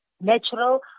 Natural